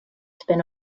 spin